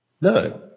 No